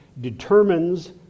determines